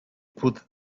put